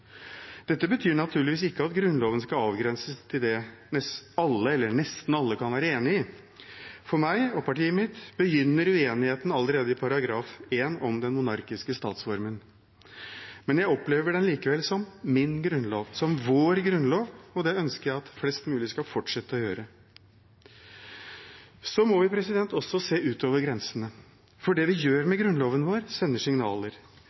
Dette betyr naturligvis ikke at Grunnloven skal avgrenses til det alle, eller nesten alle, kan være enig i. For meg og partiet mitt begynner uenigheten allerede i § 1 om den monarkiske statsformen, men jeg opplever den likevel som min grunnlov, som vår grunnlov, og det ønsker jeg at flest mulig skal fortsette å gjøre. Vi må også se ut over grensene, for det vi gjør med Grunnloven vår, sender signaler.